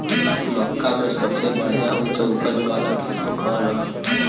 मक्का में सबसे बढ़िया उच्च उपज वाला किस्म कौन ह?